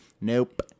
nope